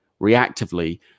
reactively